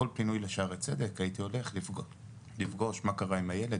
כל פינוי לשערי צדק הייתי הולך לפגוש מה קרה עם הילד,